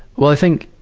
well, i think,